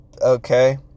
okay